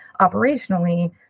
operationally